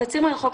התצהיר מרחוק,